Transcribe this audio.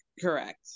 Correct